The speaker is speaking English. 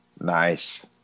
Nice